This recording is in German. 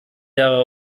jahre